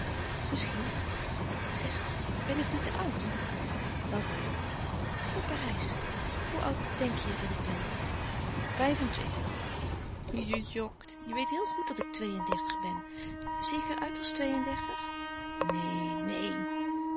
misschien zeg ben ik niet te oud waarvoor voor parijs hoe oud denk je dat ik ben vijf-en-twintig je jokt je weet heel goed dat ik twee-en-dertig ben zie ik er uit als twee-en-dertig neen neen